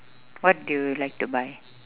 what do you like to buy